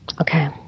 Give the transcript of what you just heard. okay